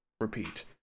Repeat